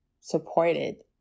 supported